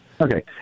Okay